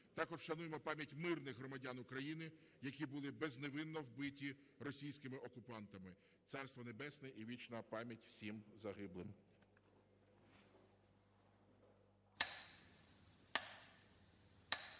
Також вшануємо пам'ять мирних громадян України, які були безневинно вбиті російськими окупантами. Царство Небесне і вічна пам'ять всім загиблим.